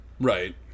Right